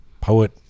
poet